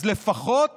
אז לפחות